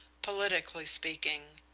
politically speaking.